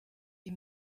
die